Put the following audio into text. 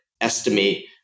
estimate